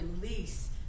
release